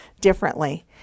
differently